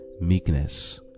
meekness